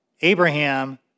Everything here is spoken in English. Abraham